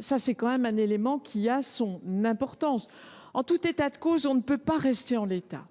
Cet élément a son importance. En tout état de cause, on ne peut pas rester en l’état,